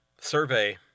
survey